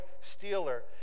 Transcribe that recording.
stealer